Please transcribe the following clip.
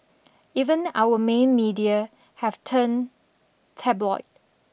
even our main media have turned tabloid